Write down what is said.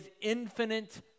infinite